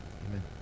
Amen